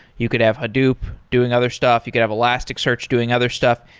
you could have hadoop doing other stuff, you could have elasticsearch doing other stuff.